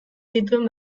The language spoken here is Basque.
zituen